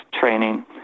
training